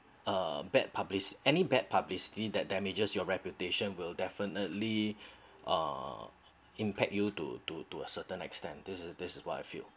a bad publish~ any bad publicity that damages your reputation will definitely uh impact you to to to a certain extent this this is what I feel